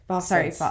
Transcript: sorry